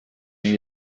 این